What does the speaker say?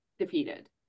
defeated